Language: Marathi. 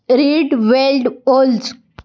रीड वेल्ड ओल्ज